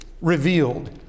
revealed